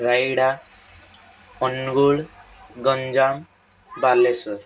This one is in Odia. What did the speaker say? ରାୟଗଡ଼ା ଅନୁଗୁଳ ଗଞ୍ଜାମ୍ ବାଲେଶ୍ଵର